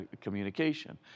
communication